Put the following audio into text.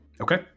Okay